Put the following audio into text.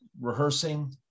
rehearsing